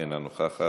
אינה נוכחת,